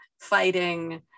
fighting